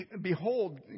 Behold